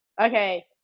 okay